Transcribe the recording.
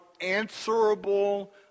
answerable